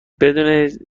بدون